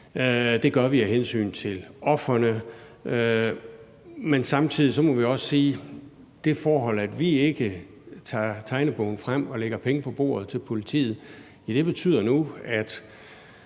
gør vi af hensyn til ofrene, men samtidig må vi også sige: Det forhold, at vi ikke tager tegnebogen frem og lægger penge på bordet til politiet, betyder nu, at